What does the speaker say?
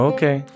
Okay